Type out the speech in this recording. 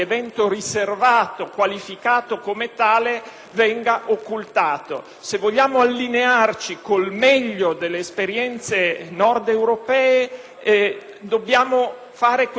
come tale. Se vogliamo allinearci con il meglio delle esperienze nordeuropee, dobbiamo compiere questo piccolo passo in più, quello che ci separa